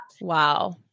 Wow